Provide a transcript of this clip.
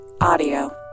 Audio